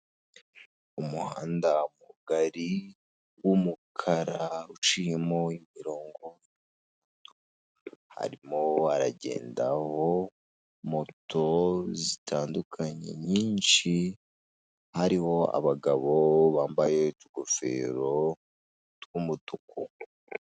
Umuhanda mugari w'umukara uciyemo imirongo harimo haragendamo moto zitandukanye nyinshi hariho abagabo bambaye utugofero tw'umutuku.